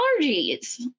allergies